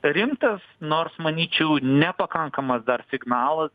rimtas nors manyčiau nepakankamas dar signalas